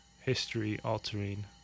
history-altering